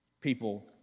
People